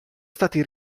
stati